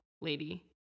lady